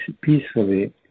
peacefully